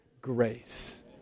grace